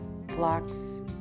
blocks